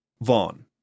Vaughn